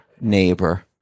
neighbor